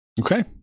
Okay